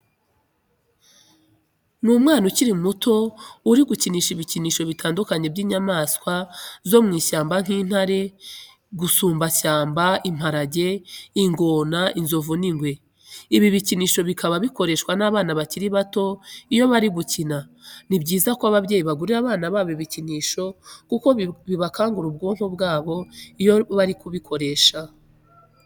Ni umwana ukiri muto uri gukinisha ibikinisho bitandukanye by'inyamaswa zo mu ishyamba nk'intare, gasumbashyamba, imparage, ingona, inzovu n'ingwe. Ibi bikinisho bikaba bikoreshwa n'abana bakiri bato iyo bari gukina. Ni byiza ko ababyeyi bagurira bana babo ibikinisho kuko bikangura ubwonko bwabo iyo bari kubikoresha.